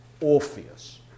Orpheus